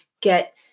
Get